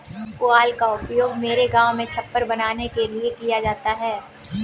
पुआल का उपयोग मेरे गांव में छप्पर बनाने के लिए किया जाता है